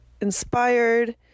Inspired